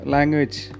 Language